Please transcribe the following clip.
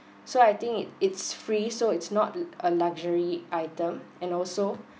so I think it it's free so it's not uh a luxury item and also